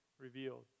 revealed